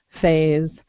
phase